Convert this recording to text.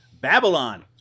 Babylon